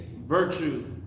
virtue